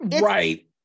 right